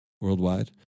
worldwide